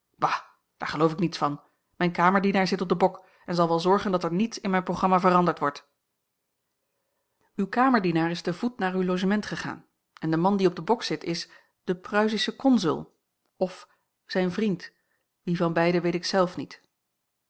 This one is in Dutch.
bah daar geloof ik niets van mijn kamerdienaar zit op den bok en zal wel zorgen dat er niets in mijn programma veranderd wordt uw kamerdienaar is te voet naar uw logement gegaan en de man die op den bok zit is de pruisische consul of zijn vriend wie van beiden weet ik zelf niet